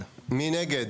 1 נגד,